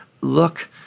look